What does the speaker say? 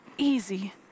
easy